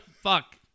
Fuck